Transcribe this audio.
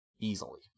Easily